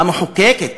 המחוקקת?